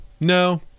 No